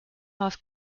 half